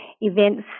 events